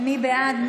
מי בעד?